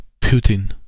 Putin